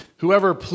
Whoever